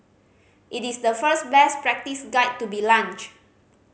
it is the first best practice guide to be launched